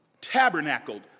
tabernacled